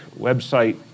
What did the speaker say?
website